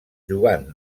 jugant